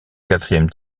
quatrième